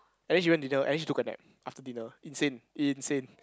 and then she went dinner and then she took a nap after dinner insane insane